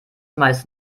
meist